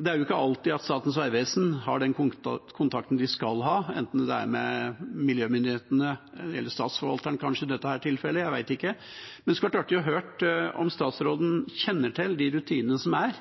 Det er jo ikke alltid at Statens vegvesen har den kontakten de skal ha, enten det er med miljømyndighetene eller kanskje Statsforvalteren i dette tilfellet, jeg vet ikke. Det skulle vært artig å høre om statsråden kjenner til de rutinene som er,